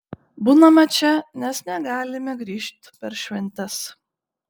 būname čia nes negalime grįžt per šventes